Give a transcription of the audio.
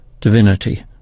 divinity